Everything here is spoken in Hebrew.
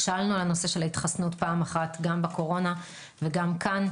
שאלנו על נושא ההתחסנות פעם אחת גם בקורונה וגם כאן.